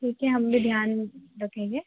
ठीक है हम भी ध्यान रखेंगे